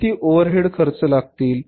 किती ओवरहेड खर्च लागेल